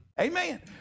Amen